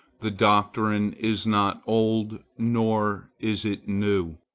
the doctrine is not old, nor is it new.